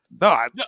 no